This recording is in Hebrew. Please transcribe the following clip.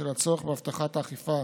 בשל הצורך בהבטחת האכיפה